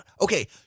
Okay